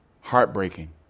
heartbreaking